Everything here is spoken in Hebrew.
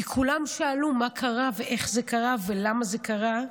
כי כולם שאלו מה קרה ואיך זה קרה ולמה זה קרה,